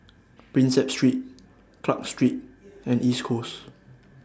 Prinsep Street Clarke Street and East Coast